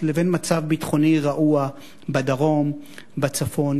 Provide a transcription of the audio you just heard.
לבין מצב ביטחוני רעוע בדרום ובצפון,